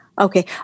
Okay